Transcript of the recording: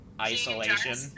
isolation